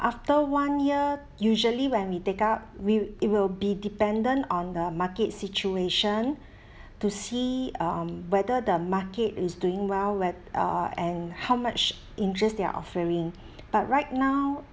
after one year usually when we take out will it will be dependent on the market situation to see um whether the market is doing well wea~ uh and how much interest they're offering but right now